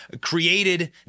created